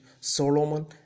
Solomon